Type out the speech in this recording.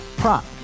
prop